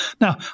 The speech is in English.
Now